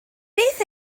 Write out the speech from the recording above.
beth